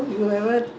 when young time